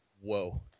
whoa